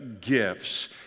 gifts